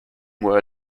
were